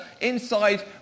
Inside